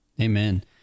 Amen